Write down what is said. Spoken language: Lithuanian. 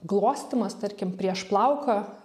glostymas tarkim prieš plauką